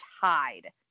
tied